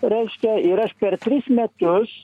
reiškia ir aš per tris metus